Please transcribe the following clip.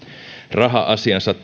raha asiansa